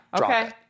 Okay